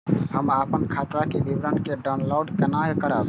हम अपन खाता के विवरण के डाउनलोड केना करब?